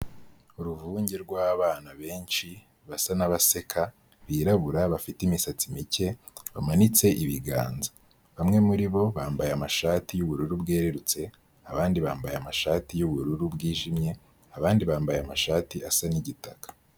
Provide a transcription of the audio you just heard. Uruvunge rw'abana benshi, basa n'abaseka birabura bafite imisatsi mike, bamanitse ibiganza, bamwe muri bo bambaye amashati y'ubururu bwerurutse, abandi bambaye amashati y'ubururu bwijimye, abandi bambaye amashati asa n'igitaka.